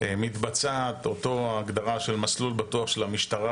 ומתבצעת אותה הגדרה של מסלול בטוח של המשטרה,